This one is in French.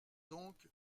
donc